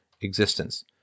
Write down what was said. existence